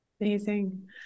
amazing